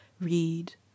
read